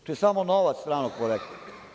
To je samo novac stranog porekla.